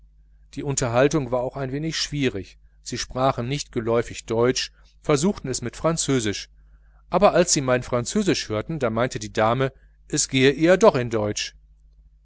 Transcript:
die unterhaltung war auch ein wenig schwierig sie sprechen nicht geläufig deutsch versuchten es mit französisch als sie aber mein französisch hörten da meinte die dame es gehe eher noch deutsch